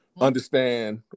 Understand